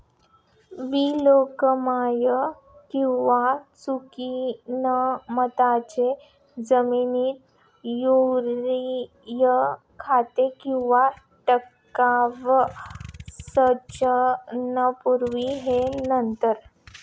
वालुकामय किंवा चिकणमातीच्या जमिनीत युरिया खत केव्हा टाकावे, सिंचनापूर्वी की नंतर?